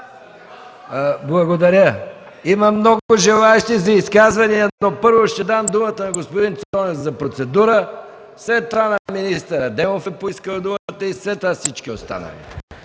Благодаря. Има много желаещи за изказвания, но първо ще дам думата на господин Цонев за процедура, след това – на министър Адемов, който също е поискал думата. След това ще са всички останали.